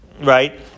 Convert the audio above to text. Right